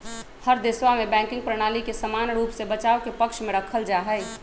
हर देशवा में बैंकिंग प्रणाली के समान रूप से बचाव के पक्ष में रखल जाहई